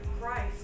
Christ